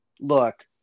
look